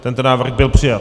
Tento návrh byl přijat.